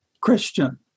Christian